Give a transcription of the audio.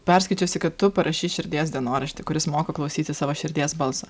perskaičiusi kad tu parašei širdies dienoraštį kuris moka klausytis savo širdies balso